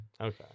Okay